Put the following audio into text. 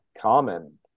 common